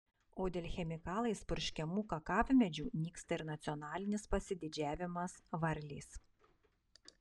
o dėl chemikalais purškiamų kakavmedžių nyksta ir nacionalinis pasididžiavimas varlės